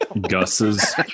Gus's